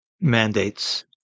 mandates